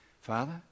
Father